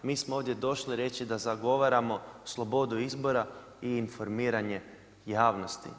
Mi smo ovdje došli reći da zagovaramo slobodu izbora i informiranje javnosti.